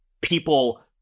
people